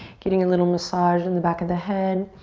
getting a little massage in the back of the head.